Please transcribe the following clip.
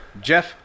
Jeff